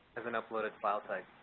as an uploaded file type.